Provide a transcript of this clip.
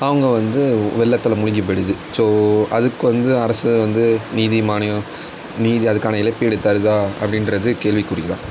அவங்க வந்து வெள்ளத்தில் முழ்கிப் போய்டுது ஸோ அதுக்கு வந்து அரசு வந்து நிதி மானியம் நிதி அதுக்கான இழப்பீடு தருதா அப்படின்றது கேள்விக்குறி தான்